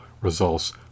results